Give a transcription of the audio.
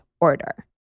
order